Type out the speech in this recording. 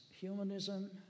humanism